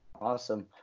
Awesome